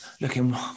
Looking